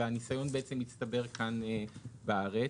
והניסיון מצטבר כאן בארץ.